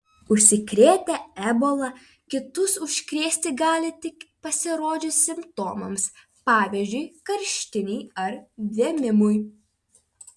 užsikrėtę ebola kitus užkrėsti gali tik pasirodžius simptomams pavyzdžiui karštinei ar vėmimui